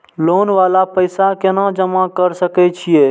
Loan वाला पैसा केना जमा कर सके छीये?